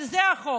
על זה החוק.